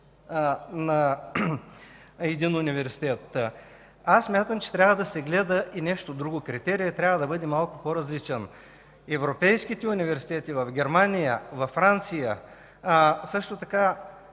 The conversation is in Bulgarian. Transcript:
на един университет. Смятам, че трябва да се гледа и нещо друго, критерият трябва да бъде малко по-различен. Европейските университети в Германия, Франция,